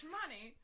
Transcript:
money